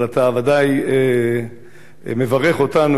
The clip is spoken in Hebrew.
אתה ודאי מברך אותנו,